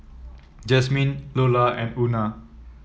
Jazmyn Lola and Una